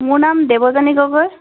মোৰ নাম দেৱযানী গগৈ